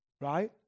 right